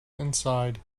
inside